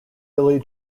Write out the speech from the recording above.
billy